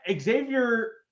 Xavier